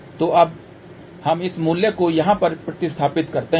तो अब हम इस मूल्य को यहाँ पर प्रतिस्थापित करते हैं